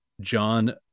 john